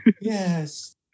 yes